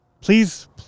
Please